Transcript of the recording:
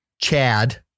Chad